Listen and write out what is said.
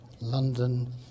London